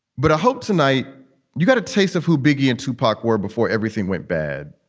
but i hope tonight you got a taste of who biggie and tupac were before everything went bad.